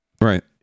Right